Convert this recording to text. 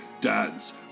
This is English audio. dance